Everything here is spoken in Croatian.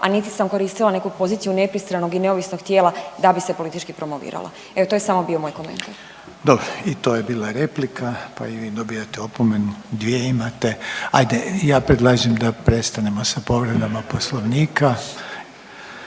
a niti sam koristila neku poziciju nepristranog i neovisnog tijela da bi se politički promovirala, evo to je samo bio moj komentar. **Reiner, Željko (HDZ)** Dobro i to je bila replika pa i vi dobijate opomenu, dvije imate. Ajde ja predlažem da prestanemo sa povredama poslovnika.